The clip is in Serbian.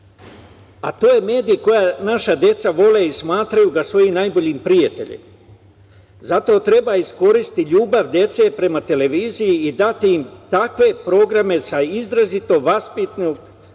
a to je medij koji naša deca vole i smatraju ga svojim najboljim prijateljom. Zato treba iskoristi ljubav dece prema televiziji i dati im takve programe sa izrazito vaspitnim